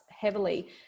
heavily